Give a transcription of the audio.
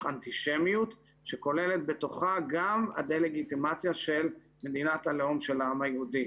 אנטישמיות שכוללת בתוכה גם דה-לגיטימציה של מדינת הלאום של העם היהודי.